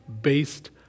based